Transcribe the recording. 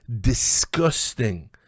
disgusting